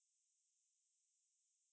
at anytime lah basically